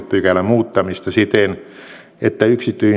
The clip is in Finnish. pykälän muuttamista siten että